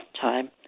time